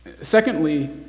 Secondly